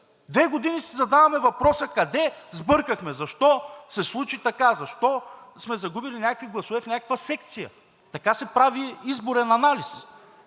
Две години си задаваме въпроса къде сбъркахме? Защо се случи така? Защо сме загубили някакви гласове в някаква секция? Така се прави изборен анализ!